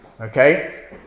okay